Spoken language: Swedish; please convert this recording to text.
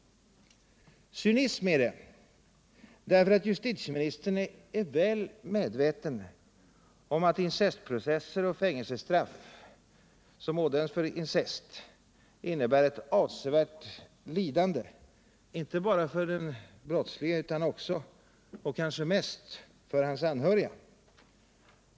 Cynism är det därför att justitieministern är väl medveten om att incestprocesser och fängelsestraff som ådöms för incest innebär ett avsevärt lidande, inte bara för den brottslige utan också — och kanske mest — för hans anhöriga.